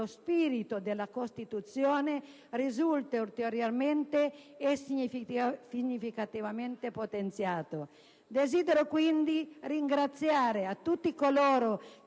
spirito della Costituzione risulti ulteriormente e significativamente potenziato. Desidero quindi ringraziare tutti coloro